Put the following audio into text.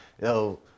yo